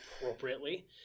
appropriately